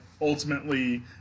ultimately –